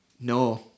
no